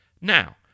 Now